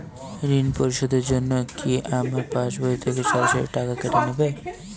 ঋণ পরিশোধের জন্য কি আমার পাশবই থেকে সরাসরি টাকা কেটে নেবে?